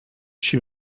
she